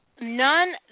none